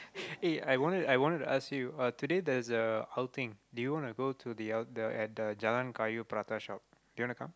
eh I wanted I wanted to ask you uh today there's a outing do you want to go to the out at the Jalan-Kayu prata shop do you want to come